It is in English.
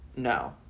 no